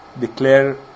declare